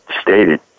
stated